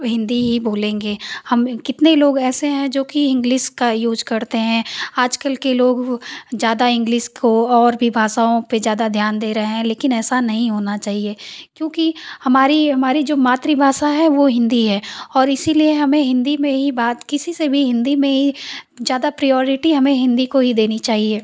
हिन्दी ही बोलेंगे हम कितने लोग ऐसे हैं जो कि हिंगलिस का यूज़ करते हैं आज कल के लोग ज़्यादा इंग्लिस को और भी भाषाओं पर ज़्यादा ध्यान दे रहे हैं लेकिन ऐसा नहीं होना चाहिए क्योंकि हमारी हमारी जो मातृभाषा है वो हिन्दी है और इसलिए हमें हिन्दी मे ही बात किसी से भी हिन्दी में ही ज़्यादा प्रिऑरटी हमें हिन्दी को ही देनी चाहिए